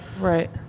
right